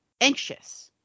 anxious